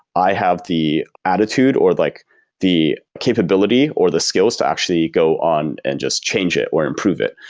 i have the attitude, or like the capability, or the skills to actually go on and just change it or improve it.